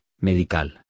medical